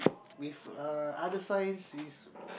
with uh other signs is